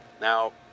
Now